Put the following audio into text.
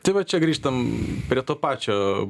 tai va čia grįžtam prie to pačio